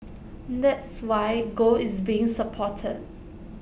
that's why gold is being supported